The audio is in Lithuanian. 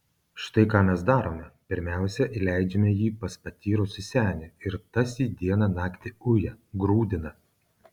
štai ką mes darome pirmiausia įleidžiame jį pas patyrusį senį ir tas jį dieną naktį uja grūdina